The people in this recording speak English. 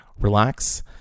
relax